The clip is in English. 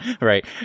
Right